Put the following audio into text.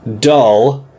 dull